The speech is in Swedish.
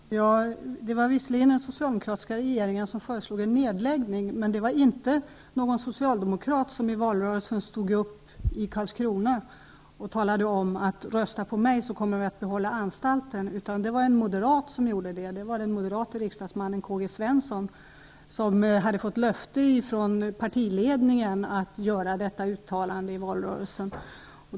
Fru talman! Det var visserligen den socialdemokratiska regeringen som föreslog en nedläggning, men det var inte någon socialdemokrat som i valrörelsen stod i Karlskrona och sade: Rösta på mig, så kommer vi att behålla anstalten. Det var i stället en moderat, den moderate riksdagsmannen K-G Svenson, som hade fått löfte ifrån partiledningen om att få göra detta uttalande i valrörelsen.